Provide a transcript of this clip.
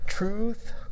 Truth